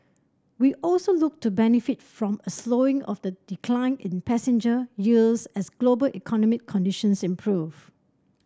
we also look to benefit from a slowing of the decline in passenger yields as global economic conditions improve